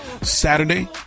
Saturday